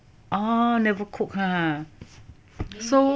oh never cook ha okay so